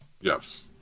Yes